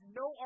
no